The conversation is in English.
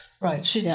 Right